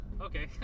Okay